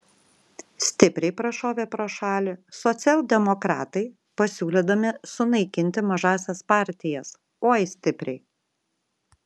stipriai prašovė pro šalį socialdemokratai pasiūlydami sunaikinti mažąsias partijas oi stipriai